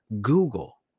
Google